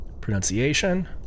pronunciation